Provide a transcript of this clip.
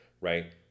right